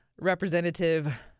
representative